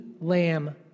Lamb